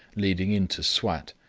leading into swat,